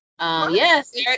Yes